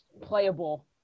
playable